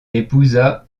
épousa